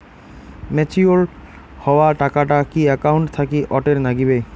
Matured হওয়া টাকাটা কি একাউন্ট থাকি অটের নাগিবে?